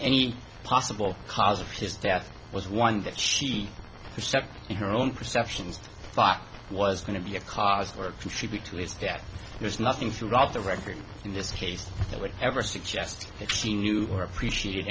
any possible cause of his death was one that she herself in her own perceptions thought was going to be a cause or contribute to his death there's nothing throughout the record in this case that would ever suggest that she knew or appreciated